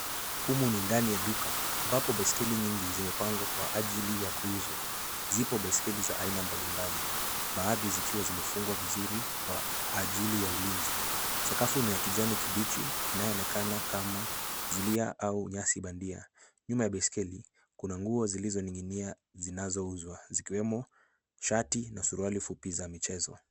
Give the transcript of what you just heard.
Humu ni ndani ya duka, ambapo baiskeli nyingi zimepangwa kwa ajili ya kuuzwa. Zipo baiskeli za aina mbalimbali baadhi zikiwa zimefungwa vizuri kwa ajili ya ulinzi. Sakafu ni ya kijani kibichi inayonekana kama zulia au nyasi bandia. Nyuma ya baiskeli, kuna nguo zilizoning'inia zinazouzwa zikiwemo shati na suruali fupi za michezo.